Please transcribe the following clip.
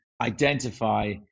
identify